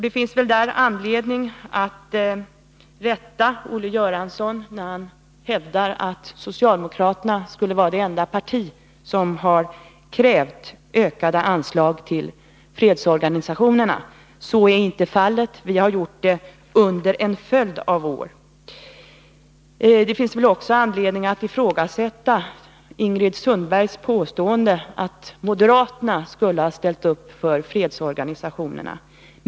Det finns där anledning att rätta Olle Göransson när han hävdar att det socialdemokratiska partiet skulle vara det enda parti som har krävt ökade anslag till fredsorganisationerna. Så är inte fallet. Vi har också gjort det under en följd av år. Det finns också anledning att ifrågasätta Ingrid Sundbergs påstående att moderaterna har ställt upp för fredsorganisationerna.